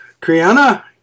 Kriana